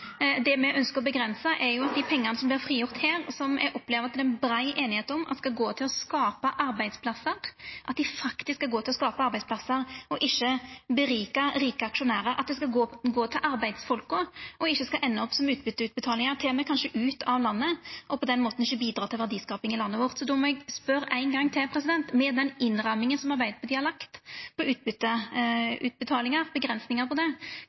som vert frigjorde her, som eg opplever at det er brei einigheit om at skal gå til å skapa arbeidsplassar, skal faktisk gå til å skapa arbeidsplassar og ikkje gjera rike aksjonærar rikare. Dei skal gå til arbeidsfolk og skal ikkje enda opp som utbytteutbetalingar, kanskje til og med ut av landet, og på den måten ikkje bidra til verdiskaping i landet vårt. Eg spør ein gong til: Med den innramminga som Arbeidarpartiet har lagt for utbytteutbetalingar og avgrensingar for det, kva er det med den avgrensinga som gjer at Høgre ikkje kan stilla seg bak? Vi har rett og slett ikke tro på at det